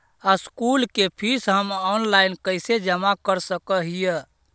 School के fees हम online कैसे जमा कर सक हिय?